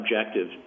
objective